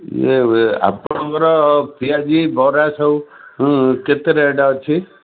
ଇଏ ଆପଣଙ୍କର ପିଆଜି ବରା ସବୁ କେତେ ରେଟ୍ ଅଛି